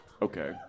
Okay